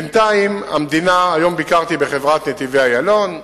בינתיים המדינה, היום ביקרתי בחברת "נתיבי איילון"